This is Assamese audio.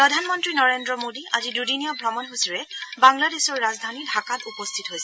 প্ৰধানমন্ত্ৰী নৰেন্দ্ৰ মোডী আজি দুদিনীয়া ভ্ৰমণসূচীৰে বাংলাদেশৰ ৰাজধানী ঢাকাত উপস্থিত হৈছে